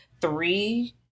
three